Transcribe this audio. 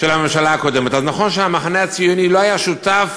אז נכון שהמחנה הציוני לא היה שותף